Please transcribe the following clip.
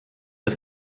des